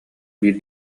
биир